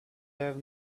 have